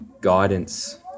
guidance